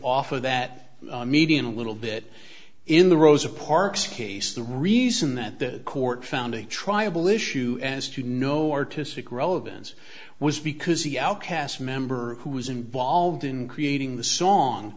off of that median a little bit in the rosa parks case the reason that the court found a triable issue as to no artistic relevance was because the outcast member who was involved in creating the song